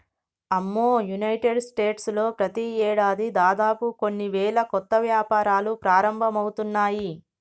అమ్మో United States లో ప్రతి ఏడాది దాదాపు కొన్ని వేల కొత్త వ్యాపారాలు ప్రారంభమవుతున్నాయి